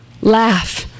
laugh